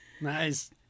Nice